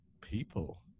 people